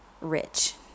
rich